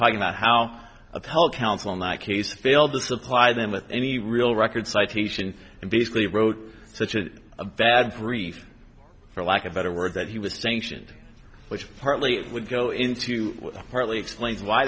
talking about how upheld counsel in that case failed to supply them with any real record citation and basically wrote such a bad three for lack of better word that he was junction which partly would go into partly explains why